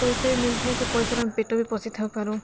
ପଇସା ବି ମିଳିଥାଏ ସେ ପଇସାରେ ଆମେ ପେଟ ବି ପୋଷିଥାଉପାରୁ